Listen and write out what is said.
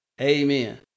Amen